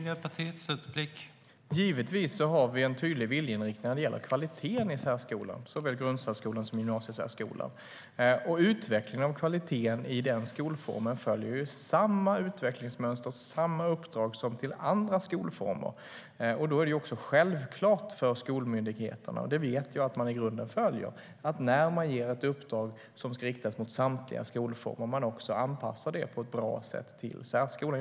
Herr talman! Givetvis har vi en tydlig viljeinriktning när det gäller kvaliteten i särskolan, såväl i grundsärskolan som i gymnasiesärskolan. Utvecklingen av kvaliteten i den skolformen följer samma utvecklingsmönster och samma uppdrag som när det gäller andra skolformer. Då är det också självklart för skolmyndigheterna, vilket jag vet att de i grunden följer, att de när de ger ett uppdrag som ska riktas till samtliga skolformer också får anpassa det på ett bra sätt till särskolan.